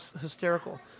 hysterical